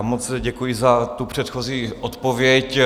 Moc děkuji za předchozí odpověď.